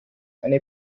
eine